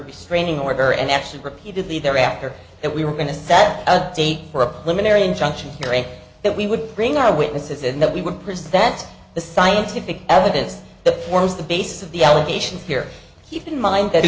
restraining order and actually repeatedly thereafter that we were going to set a date for a luminary injunction hearing that we would bring our witnesses in that we would presume that the scientific evidence that forms the basis of the allegations here keep in mind that